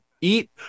Eat